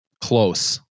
close